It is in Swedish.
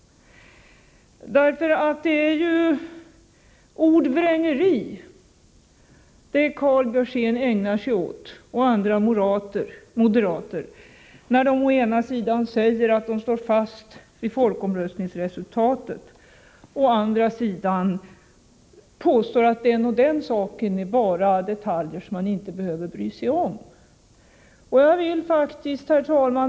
Det är ju ordvrängeri som Karl Björzén och andra moderater ägnar sig åt, när de å ena sidan säger att de står fast vid folkomröstningsresultatet och å andra sidan påstår att den och den saken är bara detaljer som man inte behöver bry sig om.